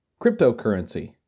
cryptocurrency